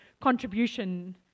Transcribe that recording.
contribution